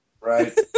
Right